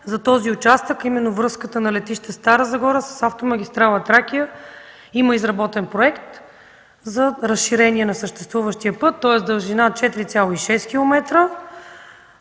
за участъка, именно връзката на летище Стара Загора с автомагистрала „Тракия” – има изработен проект за разширение на съществуващия път. Той е с дължина 4,6 км.